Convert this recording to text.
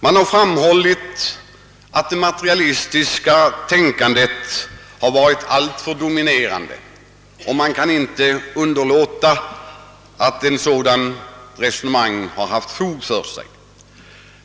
Det har framhållits att det materialistiska tänkandet varit alltför dominerande, och jag kan inte säga annat än att ett sådant resonemang haft fog för sig.